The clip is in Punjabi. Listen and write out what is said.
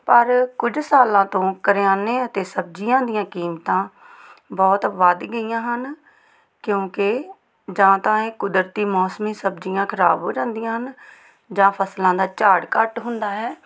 ਪਰ ਕੁਝ ਸਾਲਾਂ ਤੋਂ ਕਰਿਆਨੇ ਅਤੇ ਸਬਜ਼ੀਆਂ ਦੀਆਂ ਕੀਮਤਾਂ ਬਹੁਤ ਵੱਧ ਗਈਆਂ ਹਨ ਕਿਉਂਕਿ ਜਾਂ ਤਾਂ ਇਹ ਕੁਦਰਤੀ ਮੌਸਮੀ ਸਬਜ਼ੀਆਂ ਖਰਾਬ ਹੋ ਜਾਂਦੀਆਂ ਹਨ ਜਾਂ ਫਸਲਾਂ ਦਾ ਝਾੜ ਘੱਟ ਹੁੰਦਾ ਹੈ